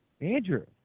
Andrew